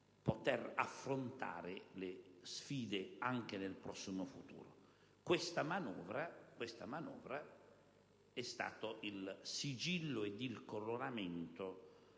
di affrontare le sfide anche nel prossimo futuro. Questa manovra è stata il sigillo ed il coronamento